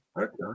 Okay